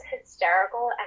hysterical